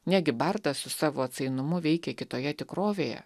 negi bartas su savo atsainumu veikė kitoje tikrovėje